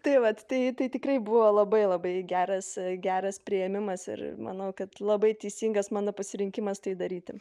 tai vat tai tai tikrai buvo labai labai geras geras priėmimas ir manau kad labai teisingas mano pasirinkimas tai daryti